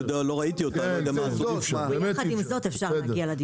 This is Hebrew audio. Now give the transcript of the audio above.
ויחד עם זאת אפשר להגיע לדיון.